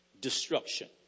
destruction